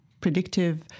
predictive